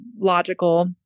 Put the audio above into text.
logical